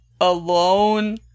alone